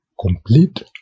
complete